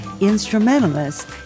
instrumentalist